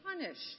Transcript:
punished